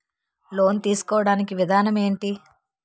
Loan తీసుకోడానికి విధానం ఏంటి?